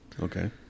Okay